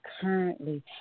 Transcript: currently